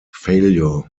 failure